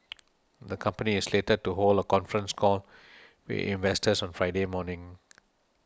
the company is slated to hold a conference call with investors on Friday morning